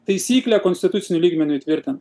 taisyklė konstituciniu lygmeniu įtvirtin